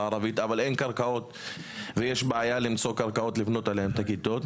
הערבית אבל אין קרקעות ויש בעיה למצוא קרקעות לבנות עליהן את הכיתות.